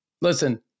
listen